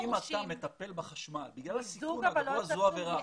אם אתה מטפל בחשמל, בגלל הסיכון הגבוה, זו עבירה.